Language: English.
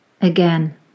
Again